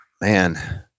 Man